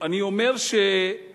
אני אומר שבצדק,